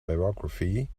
biography